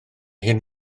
hyn